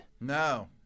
No